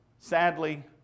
Sadly